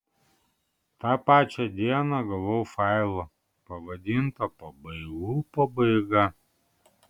tą pačią dieną gavau failą pavadintą pabaigų pabaiga